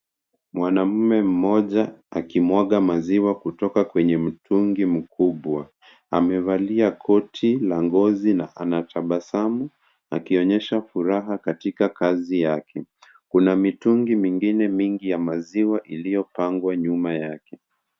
Mwanamume mmoja akimwaga maziwa kutoka kwenye mtungi mkubwa. Amevalia koti la ngozi na anatabasamu akionyesha furaha katika kazi yake. Kuna mitungi mingine mingi ya maziwa iliyopangwa nyuma yake.